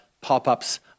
pop-ups